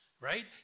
right